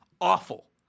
Awful